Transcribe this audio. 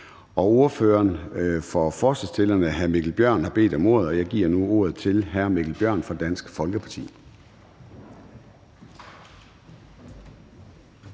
Ordføreren for forslagsstillerne har bedt om ordet, og jeg giver nu ordet til hr. Mikkel Bjørn fra Dansk Folkeparti.